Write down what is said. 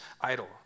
idol